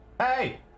Hey